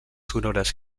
sonores